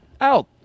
Out